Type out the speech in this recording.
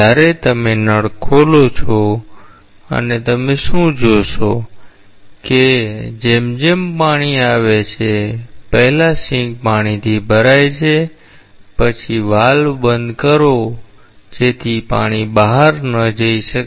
જયારે તમે નળ ખોલો અને તમે શું જોશો કે જેમ જેમ પાણી આવે છે પહેલા સિંક પાણીથી ભરાય છે પછી વાલ્વ બંધ કરો જેથી પાણી બહાર ન જઈ શકે